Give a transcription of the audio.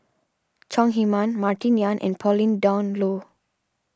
Chong Heman Martin Yan and Pauline Dawn Loh